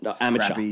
Amateur